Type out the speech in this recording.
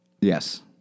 Yes